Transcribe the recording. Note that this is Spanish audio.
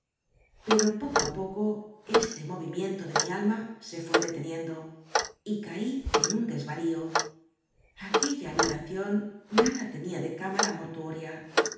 pero poco á poco este movimiento de mi alma se fué deteniendo y caí en nn desvarío aquella habitación nada tenía de cámara mortuoria